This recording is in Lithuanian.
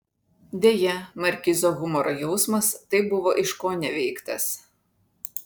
deja markizo humoro jausmas taip buvo iškoneveiktas